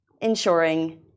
ensuring